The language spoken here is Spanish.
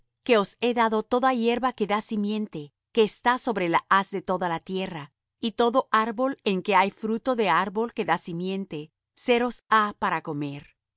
que os he dado toda hierba que da simiente que está sobre la haz de toda la tierra y todo árbol en que hay fruto de árbol que da simiente seros ha para comer